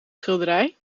schilderij